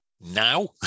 Now